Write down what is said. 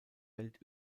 welt